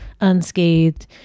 unscathed